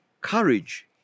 courage